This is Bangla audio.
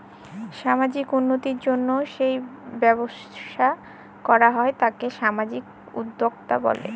সামাজিক উন্নতির জন্য যেই ব্যবসা করা হয় তাকে সামাজিক উদ্যোক্তা বলে